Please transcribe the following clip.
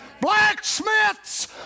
Blacksmiths